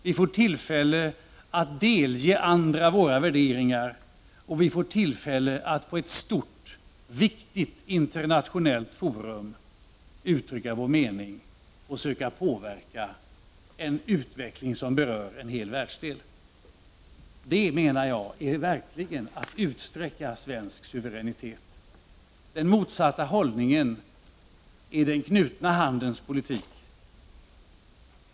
Vi får tillfälle att delge andra våra värderingar, och vi får tillfälle att i ett stort viktigt internationellt forum uttrycka vår mening och söka påverka en utveckling som berör en hel världsdel. Det menar jag är verkligen att utsträcka svensk suveränitet. Den motsatta hållningen är den knutna handens politik.